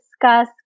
discuss